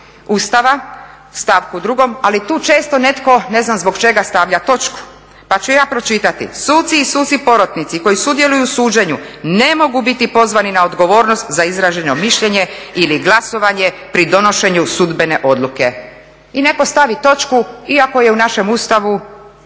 Ustava i stavka 2. ali tu često netko ne znam zbog čega stavlja točku. Pa ću ja pročitati: "Suci i suci porotnici koji sudjeluju u suđenju ne mogu biti pozvani na odgovornost za izraženo mišljenje ili glasovanje pri donošenju sudbene odluke". I netko stavi točku iako je u našem Ustavu